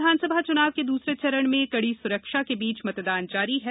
बिहार विधानसभा चुनाव के दूसरे चरण में कडी सुरक्षा के बीच मतदान जारी है